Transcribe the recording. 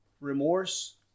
remorse